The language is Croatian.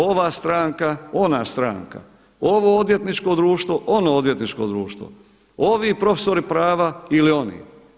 Ova stranka, ona stranka, ovo odvjetničko društvo, ono odvjetničko društvo, ovi profesori prava ili oni.